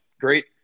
Great